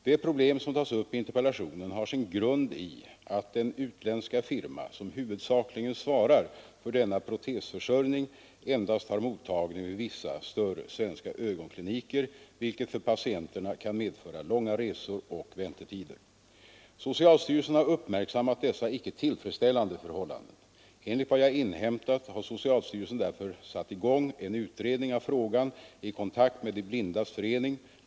Det problem som tas upp i interpellationen har sin grund i att den utländska firma som huvudsakligen svarar för denna protesförsörjning endast har mottagning vid vissa större svenska ögonkliniker, vilket för patienterna kan medföra långa resor och väntetider. Socialstyrelsen har uppmärksammat dessa icke tillfredsställande förhållanden. Enligt vad jag inhämtat har socialstyrelsen därför satt i gång en utredning av frågan i kontakt med De blindas förening.